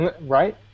Right